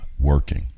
working